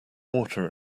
water